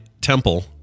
temple